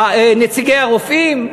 נציגי הרופאים,